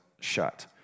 shut